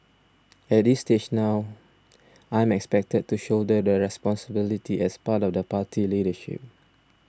at this stage now I'm expected to shoulder the responsibility as part of the party leadership